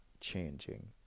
changing